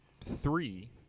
three